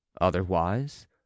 Otherwise